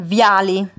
Viali